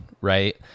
right